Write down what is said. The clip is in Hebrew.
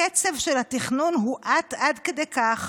הקצב של התכנון הואט עד כדי כך